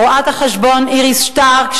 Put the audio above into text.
רואת-החשבון איריס שטרק,